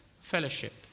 fellowship